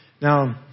Now